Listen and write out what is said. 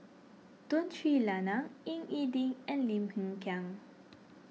Tun Sri Lanang Ying E Ding and Lim Hng Kiang